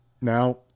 Now